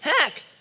Heck